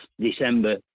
December